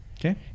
Okay